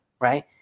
Right